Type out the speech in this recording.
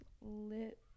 lit